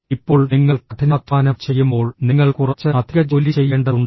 ഇപ്പോൾ നിങ്ങൾ കഠിനാധ്വാനം ചെയ്യുമ്പോൾ നിങ്ങൾ കുറച്ച് അധിക ജോലി ചെയ്യേണ്ടതുണ്ട്